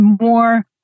more